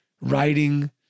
writing